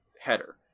header